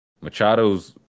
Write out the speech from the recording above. Machado's